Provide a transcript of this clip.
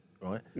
right